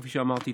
כפי שאמרתי,